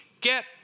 get